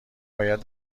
باید